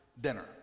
dinner